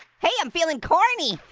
hey, i'm feeling corny.